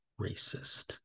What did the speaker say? racist